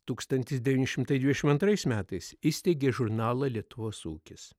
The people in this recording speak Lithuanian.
tūkstantis devyni šimtai dvidešim antrais metais įsteigė žurnalą lietuvos ūkis